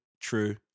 true